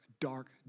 dark